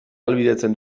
ahalbidetzen